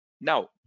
now